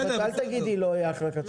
אל תגידי שלא יהיה אחרי חצי שנה,